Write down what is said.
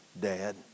Dad